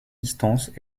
distances